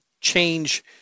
change